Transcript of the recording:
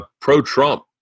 Pro-Trump